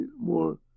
more